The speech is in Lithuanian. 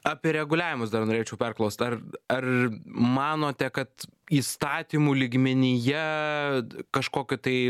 apie reguliavimus dar norėčiau perklaust ar ar manote kad įstatymų lygmenyje kažkokių tai